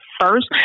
first